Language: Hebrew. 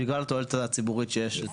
בגלל התועלת הציבורית שיש בזה.